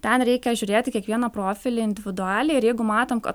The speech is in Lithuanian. ten reikia žiūrėt į kiekvieną profilį individualiai ir jeigu matom kad